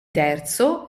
terzo